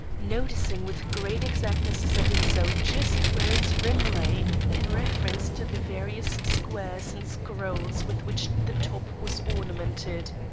noting with great exactness as i did so just where its rim lay in reference to the various squares and scrolls with which the top was ornamented.